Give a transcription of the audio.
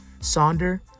Sonder